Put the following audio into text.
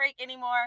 anymore